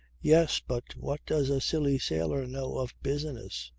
yes. but what does a silly sailor know of business?